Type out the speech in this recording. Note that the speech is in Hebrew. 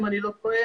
אם אני לא טועה,